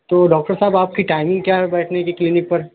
تو ڈاکٹر صاحب آپ کی ٹائمنگ کیا ہے بیٹھنے کی کلینک پر